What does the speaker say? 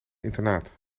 internaat